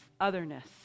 otherness